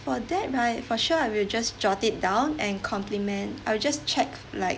for that right for sure I will just jot it down and compliment I'll just check like